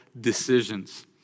decisions